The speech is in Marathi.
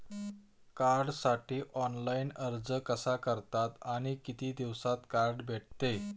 कार्डसाठी ऑनलाइन अर्ज कसा करतात आणि किती दिवसांत कार्ड भेटते?